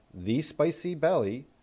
thespicybelly